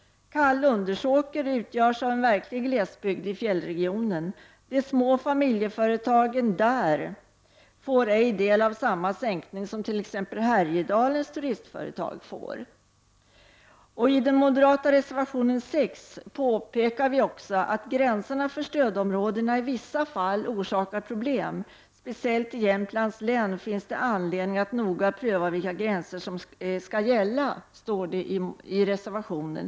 Kall-Undersåker utgörs av verklig glesbygd i fjällregionen. De små familjeföretagen där får ej del av den sänkning som tillkommer t.ex. Härjedalens turistföretag. I den moderata reservationen 6 påpekar vi också att gränserna för stödområdena i vissa fall orsakar problem. Speciellt i Jämtlands län finns det anledning att noga pröva vilka gränser som skall gälla, står det i reservationen.